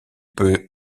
peut